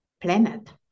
planet